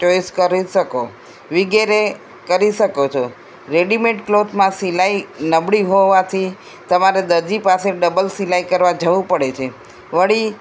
choice કરી શકો વિગેરે કરી શકો છો રેડીમેડ ક્લોથમાં સિલાઈ નબળી હોવાથી તમારે દરજી પાસે ડબલ સિલાઈ કરવા જવું પડે છે વળી